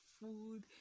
food